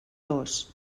tos